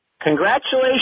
Congratulations